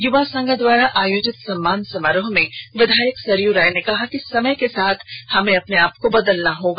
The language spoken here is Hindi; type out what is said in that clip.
युवा संघ द्वारा आयोजित सम्मान समारोह में विधायक सरयू राय ने कहा कि समय के साथ हमें अपने आप को बदलना पडेगा